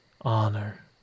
honor